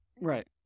Right